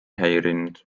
häirinud